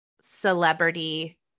celebrity